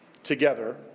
together